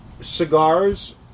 Cigars